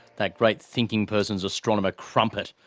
that great thinking-person's astronomer crumpet,